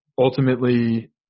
ultimately